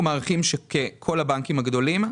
אנחנו מעריכים שכל הבנקים הגדולים.